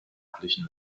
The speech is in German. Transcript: angeglichen